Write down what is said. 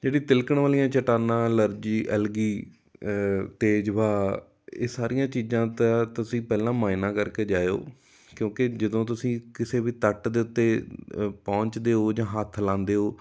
ਜਿਹੜੀ ਤਿਲਕਣ ਵਾਲੀਆਂ ਚਟਾਨਾਂ ਐਲਰਜੀ ਐਲਗੀ ਤੇਜ਼ ਵਹਾਅ ਇਹ ਸਾਰੀਆਂ ਚੀਜ਼ਾਂ ਦਾ ਤੁਸੀਂ ਪਹਿਲਾਂ ਮੁਆਇਨਾ ਕਰਕੇ ਜਾਇਓ ਕਿਉਂਕਿ ਜਦੋਂ ਤੁਸੀਂ ਕਿਸੇ ਵੀ ਤੱਟ ਦੇ ਉੱਤੇ ਪਹੁੰਚਦੇ ਹੋ ਜਾਂ ਹੱਥ ਲਾਉਂਦੇ ਹੋ